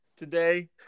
today